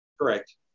Correct